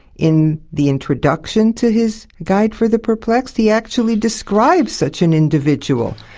in the introduction to his guide for the perplexed, he actually describes such an individual,